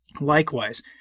likewise